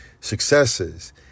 successes